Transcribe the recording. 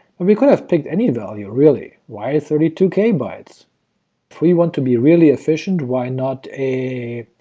and we could have picked any value, really. why thirty two k bytes? if we want to be really efficient, why not a.